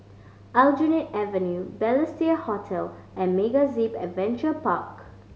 Aljunied Avenue Balestier Hotel and MegaZip Adventure Park